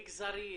מגזרי,